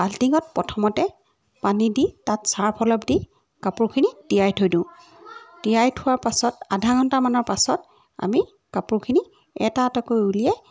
বাল্টিঙত প্ৰথমতে পানী দি তাত ছাৰ্ফ অলপ দি কাপোৰখিনি তিয়াই থৈ দিওঁ তিয়াই থোৱা পাছত আধা ঘণ্টামানৰ পাছত আমি কাপোৰখিনি এটা এটাকৈ উলিয়াই